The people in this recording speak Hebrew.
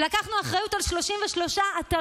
ולקחנו אחריות על 33 אתרים,